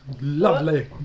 Lovely